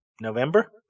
November